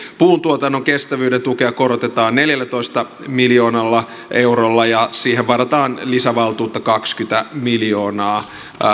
puuntuotannon kestävyyden tukea korotetaan neljällätoista miljoonalla eurolla ja siihen varataan lisävaltuutta kaksikymmentä miljoonaa